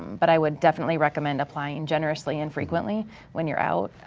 but i would definitely recommend applying generously and frequently when you're out,